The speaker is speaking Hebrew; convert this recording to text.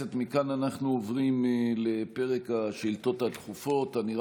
(הוראת שעה) (הגבלת פעילות והוראות נוספות) (תיקון מס' 41),